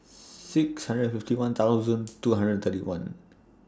six hundred and fifty one thousand two hundred and thirty one